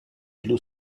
blue